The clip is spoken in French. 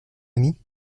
ami